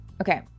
Okay